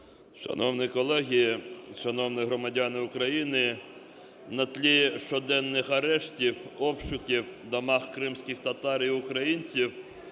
Шановні колеги, шановні громадяни України! На тлі щоденних арештів, обшуків в домах кримських татар і українців